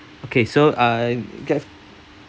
okay so uh guess